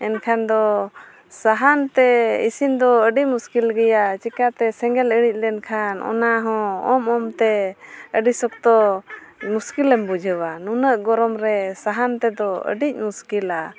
ᱮᱱᱠᱷᱟᱱ ᱫᱚ ᱥᱟᱦᱟᱱᱛᱮ ᱤᱥᱤᱱ ᱫᱚ ᱟᱹᱰᱤ ᱢᱩᱥᱠᱤᱞ ᱜᱮᱭᱟ ᱪᱤᱠᱟᱹᱛᱮ ᱥᱮᱸᱜᱮᱞ ᱤᱲᱤᱡ ᱞᱮᱱᱠᱷᱟᱱ ᱚᱱᱟᱦᱚᱸ ᱚᱝ ᱚᱝᱼᱛᱮ ᱟᱹᱰᱤ ᱥᱚᱠᱛᱚ ᱢᱩᱥᱠᱤᱞᱮᱢ ᱵᱩᱡᱷᱟᱹᱣᱟ ᱱᱩᱱᱟᱹᱜ ᱜᱚᱨᱚᱢ ᱨᱮ ᱥᱟᱦᱟᱱ ᱛᱮᱫᱚ ᱟᱹᱰᱤ ᱢᱩᱥᱠᱤᱞᱟ